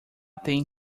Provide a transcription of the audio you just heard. tem